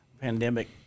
pandemic